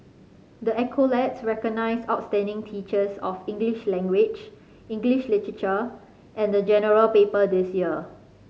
the accolades recognise outstanding teachers of English language English literature and the General Paper this year